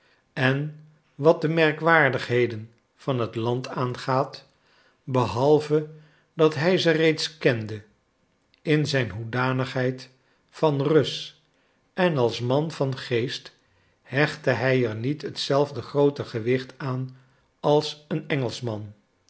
en wat de merkwaardigheden van het land aangaat behalve dat hij ze reeds kende in zijn hoedanigheid van rus en als man van geest hechtte hij er niet hetzelfde groote gewicht aan als een engelschman